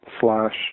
slash